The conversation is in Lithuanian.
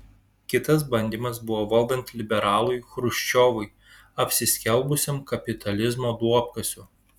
kitas bandymas buvo valdant liberalui chruščiovui apsiskelbusiam kapitalizmo duobkasiu